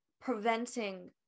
preventing